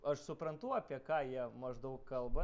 aš suprantu apie ką jie maždaug kalba